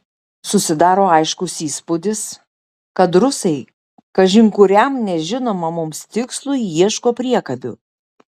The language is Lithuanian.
susidaro aiškus įspūdis kad rusai kažin kuriam nežinomam mums tikslui ieško priekabių